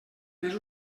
més